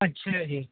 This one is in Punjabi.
ਅੱਛਾ ਜੀ